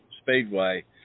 Speedway